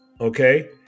Okay